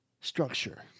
structure